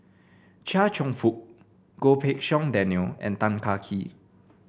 Chia Cheong Fook Goh Pei Siong Daniel and Tan Kah Kee